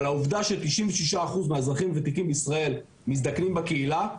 אבל מהעובדה ש-96% מהאזרחים הוותיקים בישראל מזדקנים בקהילה,